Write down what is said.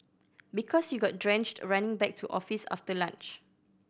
because you got drenched running back to office after lunch